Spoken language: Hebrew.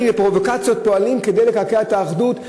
בפרובוקציות, פועלים כדי לקעקע את האחדות.